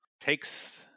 takes